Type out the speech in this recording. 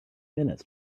minutes